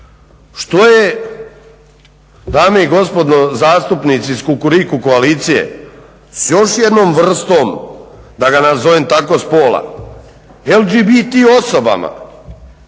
što je dame i gospodo zastupnici iz Kukuriku koalicije s još jednom vrstom da ga nazovem tako spola, LGBT osobama,